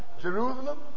Jerusalem